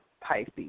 Pisces